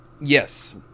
Yes